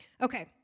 Okay